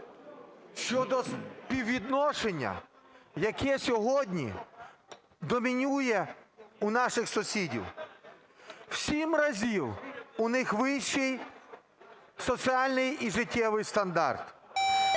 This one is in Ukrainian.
щодо співвідношення, яке сьогодні домінує у наших сусідів. В 7 разів у них вищий соціальний і життєвий стандарт,